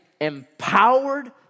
empowered